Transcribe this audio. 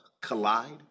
collide